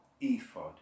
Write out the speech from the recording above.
ephod